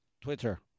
Twitter